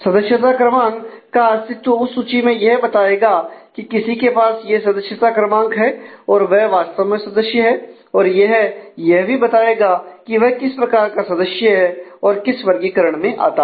सदस्यता क्रमांक का अस्तित्व उस सूची में यह बताएगा कि किसी के पास यह सदस्यता क्रमांक है और वह वास्तव में सदस्य है और यह यह भी बताएगा कि वह किस प्रकार का सदस्य है और किस वर्गीकरण में आता है